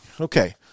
okay